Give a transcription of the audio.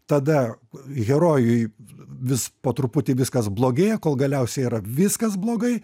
tada herojui vis po truputį viskas blogėja kol galiausiai yra viskas blogai